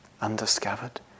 undiscovered